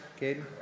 Caden